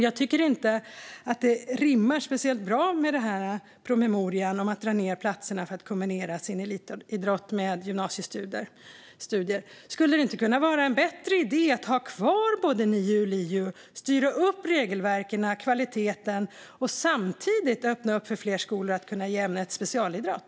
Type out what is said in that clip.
Jag tycker inte att det rimmar speciellt bra med det här i promemorian om att dra ned antalet platser för att kombinera sin elitidrott med gymnasiestudier. Skulle det inte vara en bättre idé att ha kvar både NIU och LIU, styra upp regelverken och kvaliteten och samtidigt öppna upp för att fler skolor ska kunna ge ämnet specialidrott?